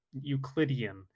Euclidean